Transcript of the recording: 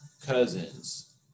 cousins